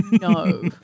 No